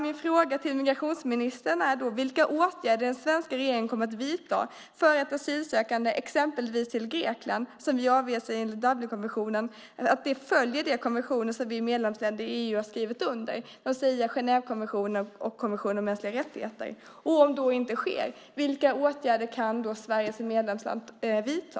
Min fråga till migrationsministern är vilka åtgärder den svenska regeringen kommer att vidta för att exempelvis Grekland, som vi avvisar asylsökande till enligt Dublinkonventionen, ska följa de konventioner som medlemsländerna i EU skrivit under, det vill säga Genèvekonventionen och konventionen om mänskliga rättigheter. Och om så inte sker undrar jag vilka åtgärder Sverige som medlemsland då kan vidta.